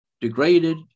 degraded